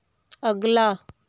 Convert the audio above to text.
अगला